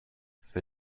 für